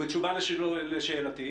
ובתשובה לשאלתי?